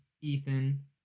Ethan